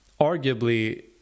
arguably